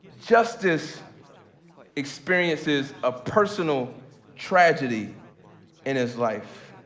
justice experiences a personal tragedy in his life.